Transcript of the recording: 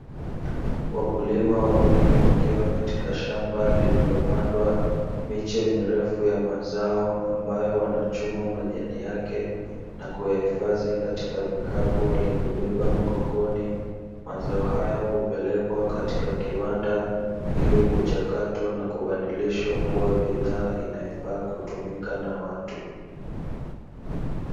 Wakulima wawili wakiwa katika shamba lililopandwa miche mirefu ya mazao ambayo wanachuma majani yake na kuyahifadhi katika vikapu walivyobeba mgongoni, mazao hayo hupelekwa katika kiwanda ili kuchakatwa na kubadilisha kuwa bidhaa inayofaa kutumika na watu.